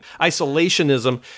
isolationism